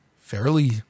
fairly